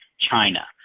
China